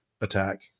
attack